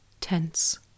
Tense